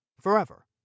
Forever